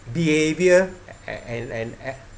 behavior eh and and eh